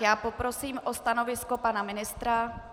Já poprosím o stanovisko pana ministra.